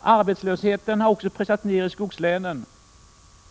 Arbetslösheten har pressats ned också i skogslänen.